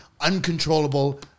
uncontrollable